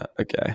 okay